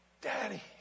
daddy